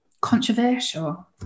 Controversial